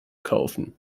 kaufen